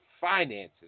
finances